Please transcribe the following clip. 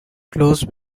close